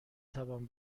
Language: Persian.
توان